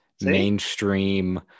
mainstream